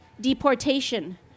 deportation